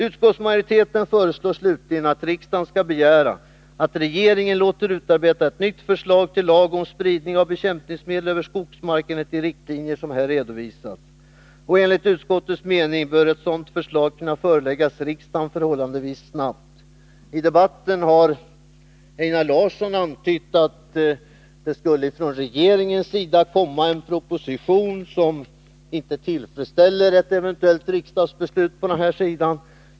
Utskottsmajoriteten föreslår slutligen att riksdagen skall begära att regeringen låter utarbeta ett nytt förslag till lag om spridning av bekämpningsmedel över skogsmark enligt de riktlinjer som här redovisats. Enligt utskottets mening bör ett sådant förslag kunna föreläggas riksdagen förhållandevis snabbt. I debatten har Einar Larsson antytt att det från regeringen skulle komma en proposition som inte tillfredsställer ett eventuellt riksdagsbeslut på den här sidan.